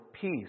peace